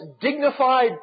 dignified